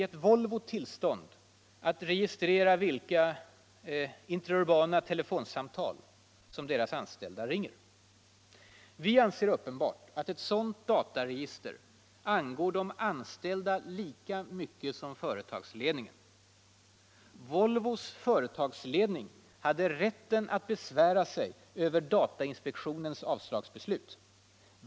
gett Volvo tillstånd att registrera vilka interurbana telefonsamtal som dess anställda ringer. Vi anser det uppenbart att ett sådant dataregister angår de anställda lika mycket som företagsledningen. Volvos företagsledning hade rätten att besvära sig över datainspektionens avslagsbeslut.